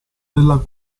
della